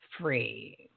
free